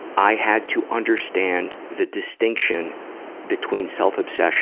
i had to understand the distinction between self-obsession